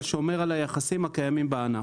אבל שומר על היחסים הקיימים בענף.